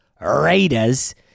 Raiders